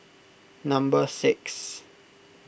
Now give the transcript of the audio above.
number six